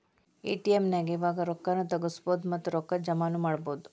ATM ನ್ಯಾಗ್ ಇವಾಗ ರೊಕ್ಕಾ ನು ತಗ್ಸ್ಕೊಬೊದು ಮತ್ತ ರೊಕ್ಕಾ ಜಮಾನು ಮಾಡ್ಬೊದು